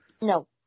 No